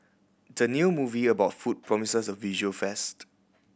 the new movie about food promises a visual feast